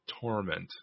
torment